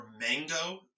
mango